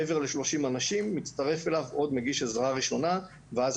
מעבר ל-30 אנשים מצטרף אליו עוד מגיש עזרה ראשונה ואז